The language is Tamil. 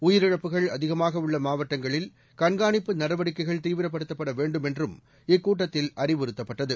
உயிரிழப்புகள் அதிகமாகஉள்ளமாவட்டங்களில் கண்காணிப்பு நடவடிக்கைகள் தீவிரப்படுத்தப்படவேண்டுமென்றும் இக்கூட்டத்தில் அறிவுறுத்தப்பட்டது